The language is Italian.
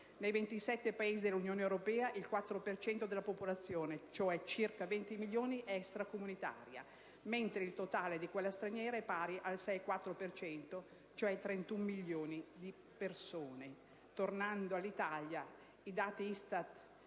Nei 27 Paesi dell'Unione europea, il 4 per cento della popolazione, cioè circa 20 milioni, è extracomunitaria, mentre il totale di quella straniera è pari al 6,4 per cento, cioè 31 milioni di persone. Tornando all'Italia, i dati ISTAT